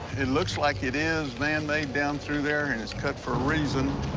it looks like it is manmade down through there, and it's cut for a reason.